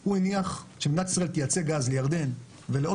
הוא הניח שמדינת ישראל תייצא גז לירדן ולעוד